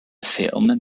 film